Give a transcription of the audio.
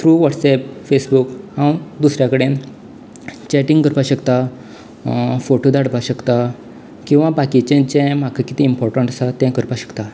through WhatsApp Facebook हांव दुसऱ्या कडेन चॅटिंग करपाक शकता फोटू धाडपाक शकता किंवा बाकीच्याचें म्हाका किदें इंर्पोटंट आसा तें करपाक शकता